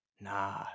nah